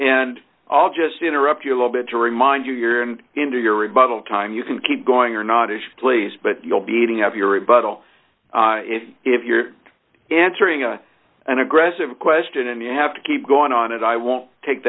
and i'll just interrupt you a little bit to remind you your into your rebuttal time you can keep going or not is please but you'll be eating up your rebuttal if you're answering a and aggressive question and you have to keep going on and i won't take